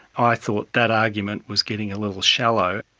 i thought that argument was getting a little shallow.